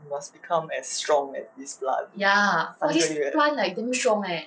!wah! must become as strong leh this plant 三个月